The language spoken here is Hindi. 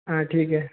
हाँ ठीक है